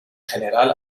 general